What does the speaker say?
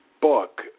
book